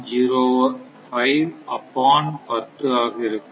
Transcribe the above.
05 up on 10 ஆக இருக்கும்